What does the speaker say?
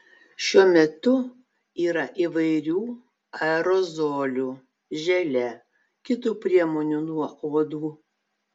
šiuo metu yra įvairių aerozolių želė kitų priemonių nuo uodų